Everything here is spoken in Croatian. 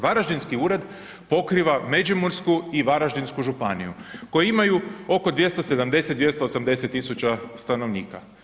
Varaždinski ured pokriva Međimursku i Varaždinsku županiju koje imaju oko 270, 280 000 stanovnika.